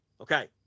Okay